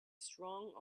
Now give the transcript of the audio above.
strong